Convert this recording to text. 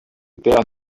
père